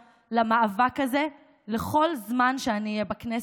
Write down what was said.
למאבק הזה כל זמן שאני אהיה בכנסת,